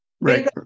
Right